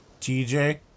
TJ